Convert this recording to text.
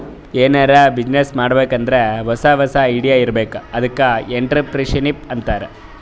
ಎನಾರೇ ಬಿಸಿನ್ನೆಸ್ ಮಾಡ್ಬೇಕ್ ಅಂದುರ್ ಹೊಸಾ ಹೊಸಾ ಐಡಿಯಾ ಇರ್ಬೇಕ್ ಅದ್ಕೆ ಎಂಟ್ರರ್ಪ್ರಿನರ್ಶಿಪ್ ಅಂತಾರ್